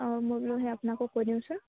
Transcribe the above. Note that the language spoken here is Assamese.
অঁ মই বোলো আপোনাকো কৈ দিওঁচোন